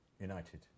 United